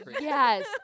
yes